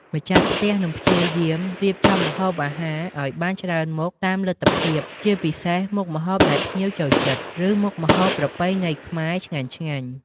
ម្ចាស់ផ្ទះនឹងព្យាយាមរៀបចំម្ហូបអាហារឱ្យបានច្រើនមុខតាមលទ្ធភាព ជាពិសេសមុខម្ហូបណាដែលភ្ញៀវចូលចិត្ត ឬមុខម្ហូបប្រពៃណីខ្មែរឆ្ងាញ់ៗ។